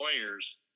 players